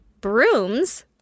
brooms